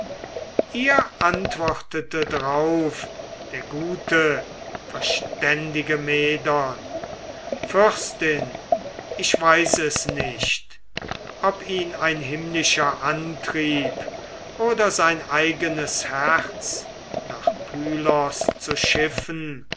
ihr antwortete drauf der gute verständige medon fürstin ich weiß es nicht ob ihn ein himmlischer antrieb oder sein eigenes herz nach pylos zu schiffen